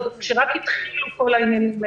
עוד כאשר רק התחילו כל העניינים,